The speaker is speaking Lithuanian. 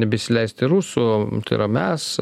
nebeįsileisti rusų tai yra mes